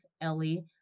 Ellie